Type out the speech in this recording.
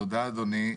תודה אדוני,